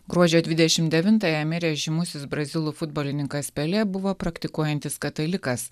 gruodžio dvidešimt devintąją mirė žymusis brazilų futbolininkas pele buvo praktikuojantis katalikas